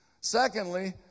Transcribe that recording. Secondly